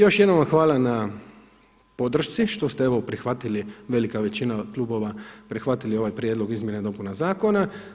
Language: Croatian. Još jednom vam hvala na podršci što ste evo prihvatili, velika većina klubova, prihvatili ovaj prijedlog izmjena i dopuna zakona.